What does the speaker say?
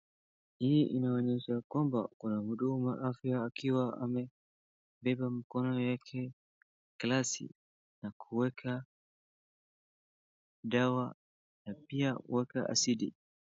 Hii inaonyesha kwamba muna mhudumu wa afya akiwa amebeba mkono yake glasi na kuweka dawa na pia kueka asidi.